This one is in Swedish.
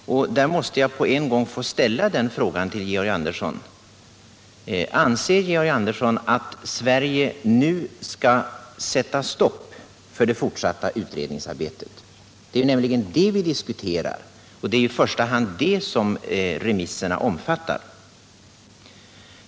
Jag måste på en gång få ställa en fråga till Georg Andersson: Anser Georg Andersson att Sverige nu skall sätta stopp för det fortsatta utredningsarbetet? Det är nämligen det vi diskuterar, och det är i första hand det som remisserna avser.